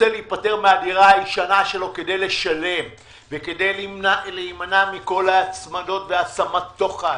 רוצה להיפטר מהדירה הישנה שלו כדי לשלם ולהימנע מכל ההצמדות והבלגאן.